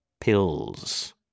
pills